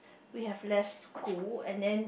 we have left school and then